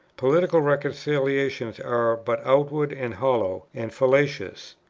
political reconciliations are but outward and hollow, and fallacious.